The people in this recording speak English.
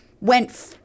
went